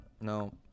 No